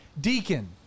Deacon